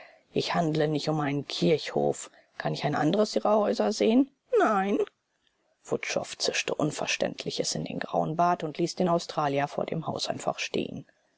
ich handle nicht um einen kirchhof kann ich ein anderes ihrer häuser sehen nein wutschow zischte unverständliches in den grauen bart und ließ den australier vor dem haus einfach stehen